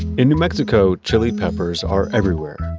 in new mexico, chili peppers are everywhere.